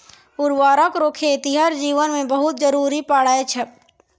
उर्वरक रो खेतीहर जीवन मे बहुत जरुरी पड़ै छै